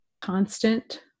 constant